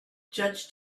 judge